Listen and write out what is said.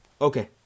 Okay